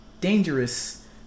dangerous